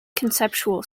conceptual